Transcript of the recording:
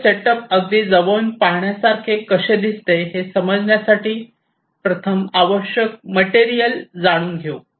तर हे सेटअप अगदी जवळून पाहण्यासारखे कसे दिसते हे समजण्यासाठी प्रथम आवश्यक मटेरियल जाणून घेऊ